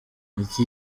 iki